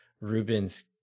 Ruben's